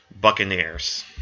Buccaneers